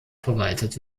verwaltet